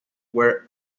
were